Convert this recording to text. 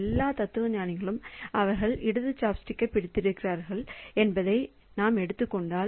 எல்லா தத்துவஞானிகளும் அவர்கள் இடது சாப்ஸ்டிக்கைப் பிடித்திருக்கிறார்கள் என்பதை நாம் எடுத்துக் கொண்டால்